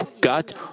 God